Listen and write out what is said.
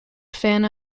fan